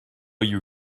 you